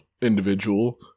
individual